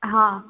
हाँ